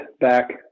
back